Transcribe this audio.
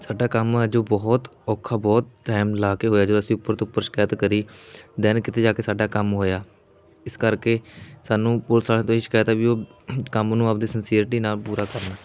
ਸਾਡਾ ਕੰਮ ਆ ਜੋ ਬਹੁਤ ਔਖਾ ਬਹੁਤ ਟਾਈਮ ਲਾ ਕੇ ਹੋਇਆ ਜਦੋਂ ਅਸੀਂ ਉੱਪਰ ਤੋਂ ਉੱਪਰ ਸ਼ਿਕਾਇਤ ਕਰੀ ਦੈਨ ਕਿਤੇ ਜਾ ਕੇ ਸਾਡਾ ਕੰਮ ਹੋਇਆ ਇਸ ਕਰਕੇ ਸਾਨੂੰ ਪੁਲਿਸ ਵਾਲਿਆਂ ਤੋਂ ਇਹੀ ਸ਼ਿਕਾਇਤ ਹੈ ਵੀ ਉਹ ਕੰਮ ਨੂੰ ਆਪਦੀ ਸੰਸੀਅਰਟੀ ਨਾਲ ਪੂਰਾ ਕਰਨ